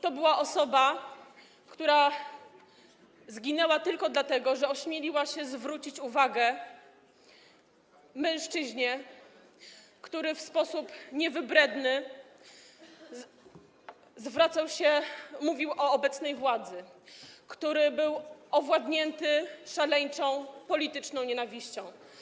To była osoba, która zginęła tylko dlatego, że ośmieliła się zwrócić uwagę mężczyźnie, który w sposób niewybredny mówił o obecnej władzy, który był owładnięty szaleńczą polityczną nienawiścią.